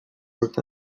worked